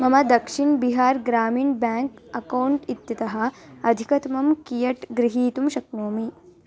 मम Dakshin Bihar Gramin bank account इत्यतः अधिकतमं कियत् गृहीतुं शक्नोमि